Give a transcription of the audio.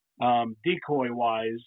decoy-wise